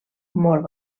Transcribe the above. molt